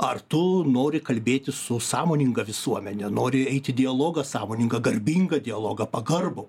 ar tu nori kalbėtis su sąmoninga visuomene nori eit į dialogą sąmoningą garbingą dialogą pagarbų